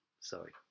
sorry